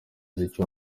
umuziki